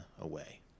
away